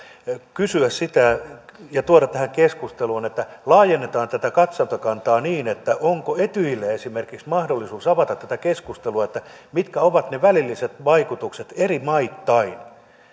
kysyä sitä ja tuoda tähän keskusteluun laajentaa tätä katsantokantaa niin että onko etyjillä esimerkiksi mahdollisuus avata tätä keskustelua mitkä ovat ne välilliset vaikutukset eri maittain